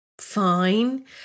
fine